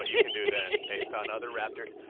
you can do then based on other raptors.